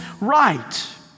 right